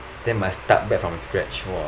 then must start back from scratch !wah!